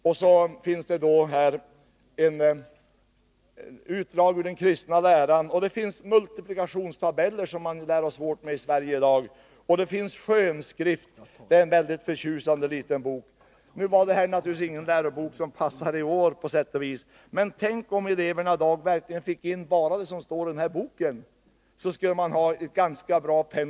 Vidare finns här utdrag ur den kristna läran, det finns multiplikationstabeller, som man lär ha svårt med i dag, och det finns skönskrift. Det är en väldigt förtjusande liten bok. Nu är det här ingen lärobok som passar i år, på sätt och vis, men tänk om eleverna i dag lärde sig bara det som står i den här boken — det skulle vara ett ganska bra pensum.